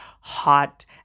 hot